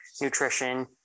nutrition